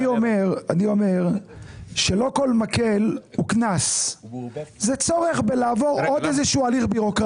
כל מקל הוא קנס; זה צורך בלעבור עוד איזה שהוא הליך בירוקרטי,